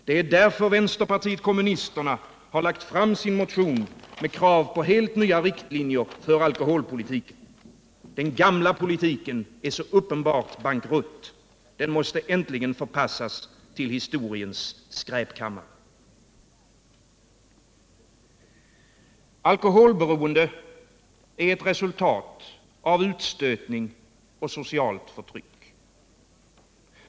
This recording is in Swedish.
Det är därför vänsterpartiet kommunisterna lagt fram sin motion med krav på helt nya riktlinjer för alkoholpolitiken. Den gamla politiken är uppenbart bankrutt. Den måste äntligen förpassas till historiens skräpkammare. Alkoholberoende är ett resultat av utstötning och socialt förtryck.